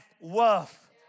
worth